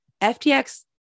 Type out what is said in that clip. FTX